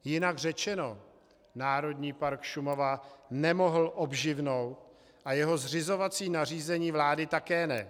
Jinak řečeno, Národní park Šumava nemohl obživnout a jeho zřizovací nařízení vlády také ne.